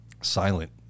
silent